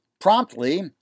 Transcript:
Promptly